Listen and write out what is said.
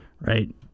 right